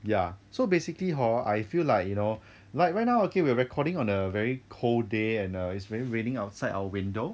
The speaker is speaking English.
ya so basically hor I feel like you know like right now okay we're recording on a very cold day and it's very raining outside our window